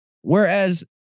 whereas